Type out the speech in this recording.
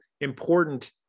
important